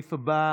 הסעיף הבא,